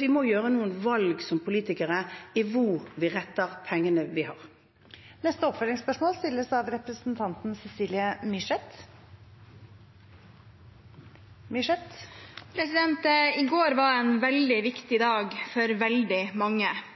Vi må gjøre noen valg som politikere av hvor vi retter de pengene vi har. Cecilie Myrseth – til oppfølgingsspørsmål. I går var en veldig viktig dag for veldig mange,